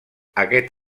aquest